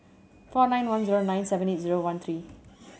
four nine one zero nine seven eight one three